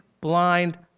blind